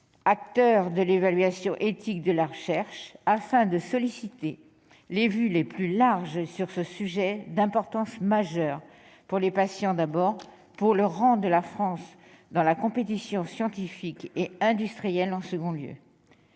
acteurs de l'évaluation éthique de la recherche. Il s'agissait pour moi de solliciter les vues les plus larges sur ce sujet d'importance majeure, pour les patients d'abord, pour le rang de la France dans la compétition scientifique et industrielle ensuite.